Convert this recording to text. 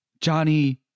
Johnny